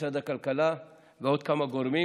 משרד הכלכלה ועוד כמה גורמים,